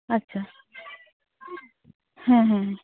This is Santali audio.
ᱟᱪᱪᱷᱟ ᱦᱮᱸ ᱦᱮᱸ ᱦᱮᱸ